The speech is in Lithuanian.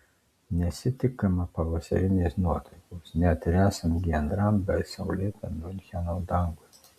nesitikima pavasarinės nuotaikos net ir esant giedram bei saulėtam miuncheno dangui